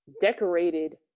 decorated